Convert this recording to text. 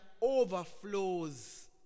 overflows